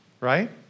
right